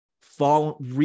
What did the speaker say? fall